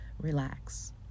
relax